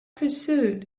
pursuit